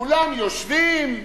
כולם יושבים.